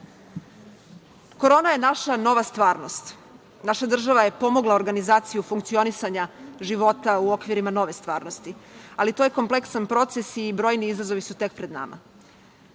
je naša nova stvarnost. Naša država je pomogla organizaciju funkcionisanja života u okvirima nove stvarnosti. Ali, to je kompleksan proces i brojni izazovi su tek pred nama. Dok